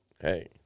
hey